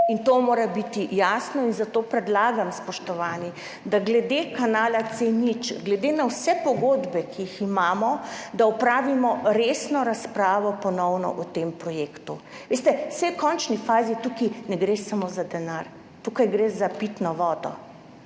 in to mora biti jasno, zato predlagam, spoštovani, da glede kanala C0, glede na vse pogodbe, ki jih imamo, opravimo ponovno resno razpravo o tem projektu. Saj v končni fazi tukaj ne gre samo za denar, tukaj gre za pitno vodo